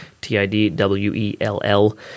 t-i-d-w-e-l-l